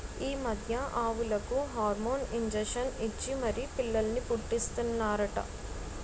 ఈ మధ్య ఆవులకు హార్మోన్ ఇంజషన్ ఇచ్చి మరీ పిల్లల్ని పుట్టీస్తన్నారట